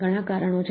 ઘણા કારણો છે